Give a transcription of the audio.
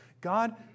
God